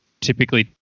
typically